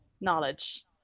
knowledge